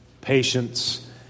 patience